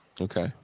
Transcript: Okay